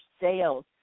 sales